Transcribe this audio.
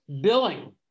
billing